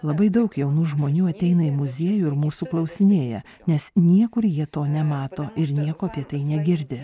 labai daug jaunų žmonių ateina į muziejų ir mūsų klausinėja nes niekur jie to nemato ir nieko apie tai negirdi